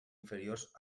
inferiors